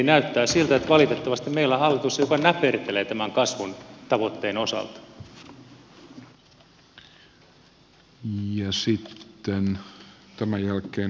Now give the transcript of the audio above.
näyttää siltä että valitettavasti meillä on hallitus joka näpertelee tämän kasvun tavoitteen osalta